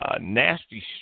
nasty